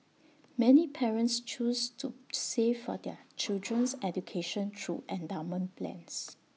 many parents choose to save for their children's education through endowment plans